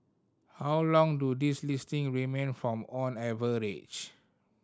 how long do these listing remain from on average